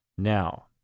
Now